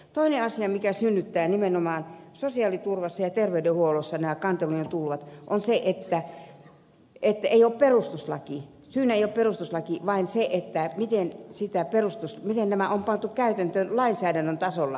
toinen asia mikä synnyttää nimenomaan sosiaaliturvassa ja terveydenhuollossa nämä kantelujen tulvat on se syynä ei ole perustuslaki miten nämä on pantu käytäntöön lainsäädännön tasolla